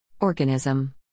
Organism